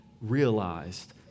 realized